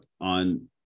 on